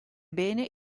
bene